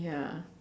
ya